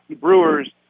Brewers